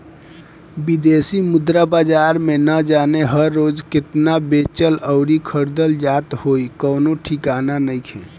बिदेशी मुद्रा बाजार में ना जाने हर रोज़ केतना बेचल अउरी खरीदल जात होइ कवनो ठिकाना नइखे